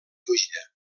fugida